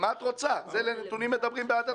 מה את רוצה, הנתונים האלה מדברים בעד עצמם.